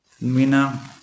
Mina